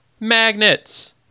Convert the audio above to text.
magnets